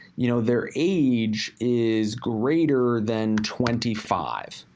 you know, their age is greater than twenty five.